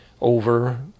over